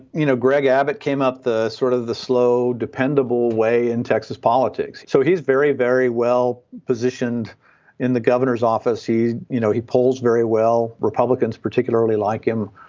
you know greg abbott came up the sort of the slow dependable way in texas politics. so he's very very well positioned in the governor's office. he you know he polls very well republicans particularly like him.